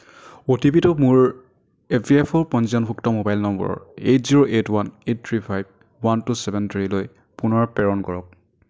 অ' T P টো মোৰ E P F O পঞ্জীয়নভুক্ত mobile number eight zero eight one eight three five one two seven থ্ৰীলৈ পুনৰ প্ৰেৰণ কৰক